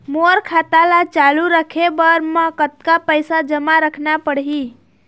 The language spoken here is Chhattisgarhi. मोर खाता ला चालू रखे बर म कतका पैसा जमा रखना पड़ही?